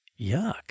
yuck